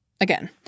Again